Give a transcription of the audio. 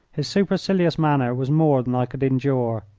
his supercilious manner was more than i could endure.